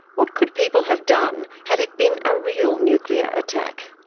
what could people have done had it been a real nuclear attack?